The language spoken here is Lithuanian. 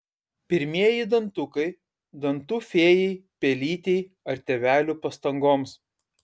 pirmieji dantukai dantų fėjai pelytei ar tėvelių pastangoms